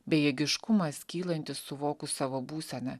bejėgiškumas kylantis suvokus savo būseną